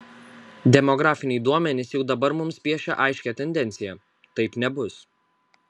demografiniai duomenys jau dabar mums piešia aiškią tendenciją taip nebus